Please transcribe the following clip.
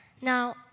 Now